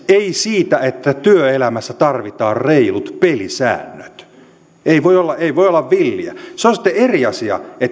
ei siitä että työelämässä tarvitaan reilut pelisäännöt ei voi olla villiä se on sitten eri asia